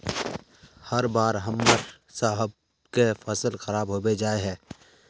हर बार हम्मर सबके फसल खराब होबे जाए है?